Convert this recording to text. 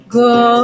go